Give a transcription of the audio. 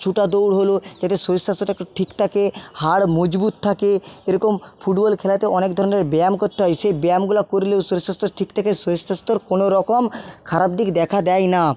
ছোটা দৌড় হলো যাতে শরীর স্বাস্থ্যটা একটু ঠিক থাকে হাড় মজবুত থাকে এরকম ফুটবল খেলাতে অনেক ধরণের ব্যায়াম করতে হয় সেই ব্যায়ামগুলা করলেও শরীর স্বাস্থ্য ঠিক থাকে শরীর স্বাস্থ্যর কোনো রকম খারাপ দিক দেখা দেয় না